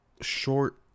short